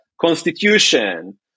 constitution